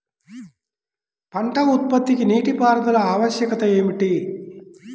పంట ఉత్పత్తికి నీటిపారుదల ఆవశ్యకత ఏమి?